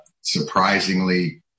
surprisingly